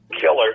Killer